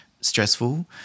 stressful